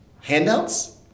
handouts